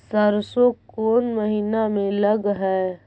सरसों कोन महिना में लग है?